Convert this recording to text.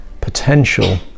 potential